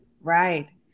Right